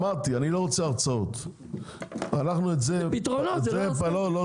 אמרתי שאני לא רוצה הצעות --- זה פתרון --- פתרון?